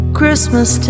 Christmas